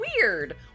weird